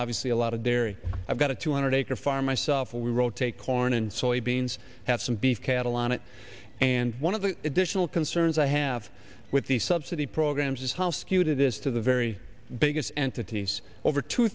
obviously a lot of their e i've got a two hundred acre farm myself we rotate corn and soybeans have some beef cattle on it and one of the additional concerns i have with the subsidy programs is how skewed it is to the very biggest entities over two